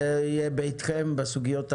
זה יהיה ביתכם בסוגיות הללו.